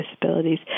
disabilities